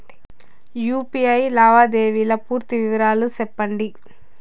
UPI లావాదేవీల పూర్తి వివరాలు సెప్పండి?